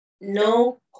No